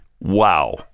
Wow